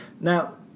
now